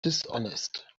dishonest